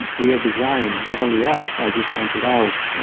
we are designed. not only us, as you pointed out,